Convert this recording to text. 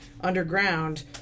underground